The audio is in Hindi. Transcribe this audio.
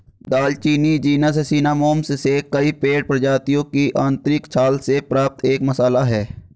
दालचीनी जीनस सिनामोमम से कई पेड़ प्रजातियों की आंतरिक छाल से प्राप्त एक मसाला है